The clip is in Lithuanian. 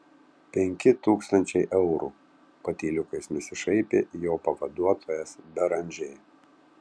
penki tūkstančiai eurų patyliukais nusišaipė jo pavaduotojas beranžė